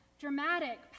dramatic